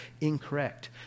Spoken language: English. incorrect